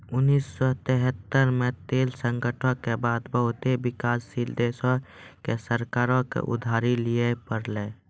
उन्नीस सौ तेहत्तर मे तेल संकटो के बाद बहुते विकासशील देशो के सरकारो के उधारी लिये पड़लै